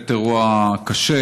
באמת אירוע קשה,